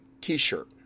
t-shirt